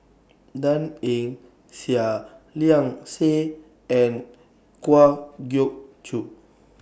Dan Ying Seah Liang Seah and Kwa Geok Choo